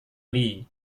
lee